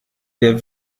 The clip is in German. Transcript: der